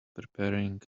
preparing